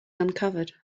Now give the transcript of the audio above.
uncovered